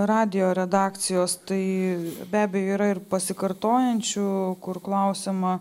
radijo redakcijos tai be abejo yra ir pasikartojančių kur klausiama